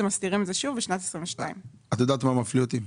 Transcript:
מסדירים את זךה שוב בשנת 2022. את יודעת מה מפליא אותי?